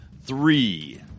three